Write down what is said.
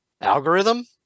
algorithm